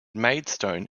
maidstone